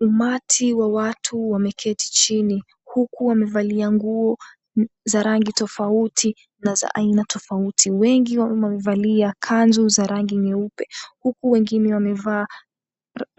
Umati wa watu wameketii chini huku wamevalia nguo za rangi tofauti na za aina tofauti. Wengi wamevalia kanzu za rangi nyeupe huku wengine wamevaa